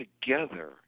together